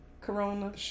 corona